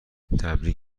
تبریک